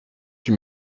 huit